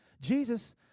Jesus